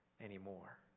anymore